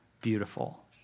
beautiful